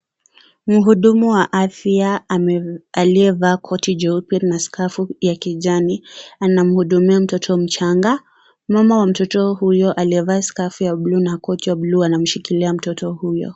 Mhudumu wa afya aliyevaa koti jeupe na scafu ya kijani anamhudumia mtoto mchanga. Mama ya mtoto huyo aliyevaa scafu ya buluu na koti ya buluu anamshikilia mtoto huyo.